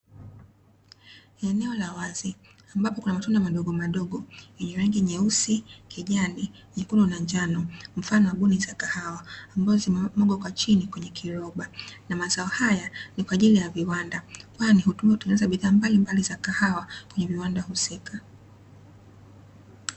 Eneo la wazi ambapo kuna mtunda madogomadogo yenye rangi nyeusi, kijani, nyekundu na njano, mfano wa mbuni za kahawa, ambazo zimewwegwa kwa chini kwenye kiroba, na mazao haya ni kwa ajili ya viwanda, kwani hutumiwa kitengeneza bidhaa mbalimbali za kahawa kwenye viwanda husika.